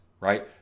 right